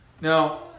Now